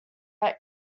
are